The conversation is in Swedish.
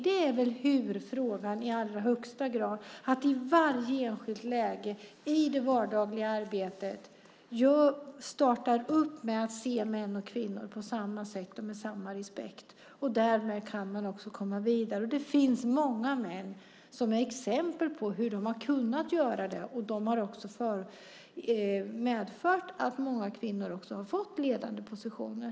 Det är hur-frågan i allra högsta grad - att i varje enskilt läge i det vardagliga arbetet starta upp med att se män och kvinnor på samma sätt och med samma respekt. Därmed kan man också komma vidare. Det finns många exempel på hur män har kunnat göra det, och det har också medfört att många kvinnor har fått ledande positioner.